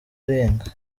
arenga